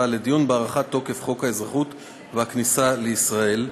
לדיון בהארכת תוקף חוק האזרחות והכניסה לישראל,